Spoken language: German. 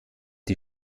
die